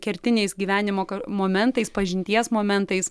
kertiniais gyvenimo momentais pažinties momentais